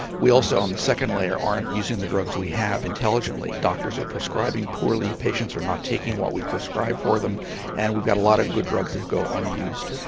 we also on the second layer aren't using the drugs we have intelligently, doctors are prescribing poorly, patients are not taking what we prescribe for them and we've got a lot of good drugs that go unused.